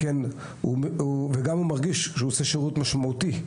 וכך הוא מרגיש שהוא עושה שירות משמעותי.